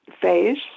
face